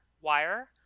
wire